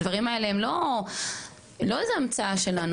הדברים האלה הם לא איזה המצאה שלנו.